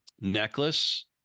necklace